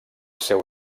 seu